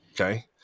Okay